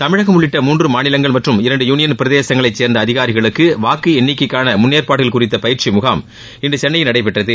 தமிழகம் உள்ளிட்ட மூன்று மாநிலங்கள் மற்றும் இரண்டு யூனியன் பிரதேசங்களைச் சேர்ந்த அதிகாரிகளுக்கு வாக்கு எண்ணிக்கைக்கான முனனேற்பாடுகள் குறித்த பயிற்சி முகாம் இன்று சென்னையில் நடைபெற்றது